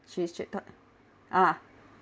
she should taught